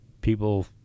people